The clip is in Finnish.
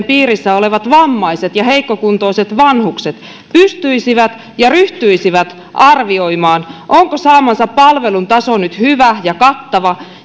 piirissä olevat vammaiset ja heikkokuntoiset vanhukset pystyisivät ja ryhtyisivät arvioimaan onko heidän saamansa palvelun taso nyt hyvä ja kattava